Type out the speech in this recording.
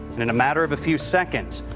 and in a matter of a few seconds,